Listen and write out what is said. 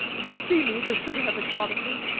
if they see me, they're sure to have a shot at me.